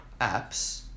apps